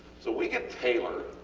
so we can tailor